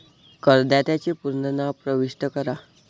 करदात्याचे पूर्ण नाव प्रविष्ट करा